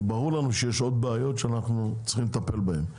ברור לנו שיש עוד בעיות שאנחנו צריכים לטפל בהן,